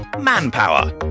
Manpower